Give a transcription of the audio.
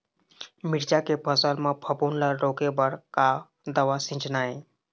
मिरचा के फसल म फफूंद ला रोके बर का दवा सींचना ये?